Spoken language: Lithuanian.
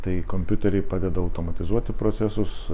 tai kompiuteriai padeda automatizuoti procesus